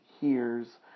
hears